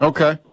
Okay